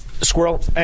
squirrel